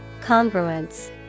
Congruence